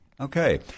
Okay